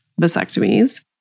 vasectomies